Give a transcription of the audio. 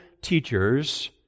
teachers